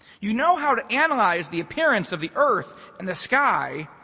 you know how to analyze the appearance of the earth and the sky,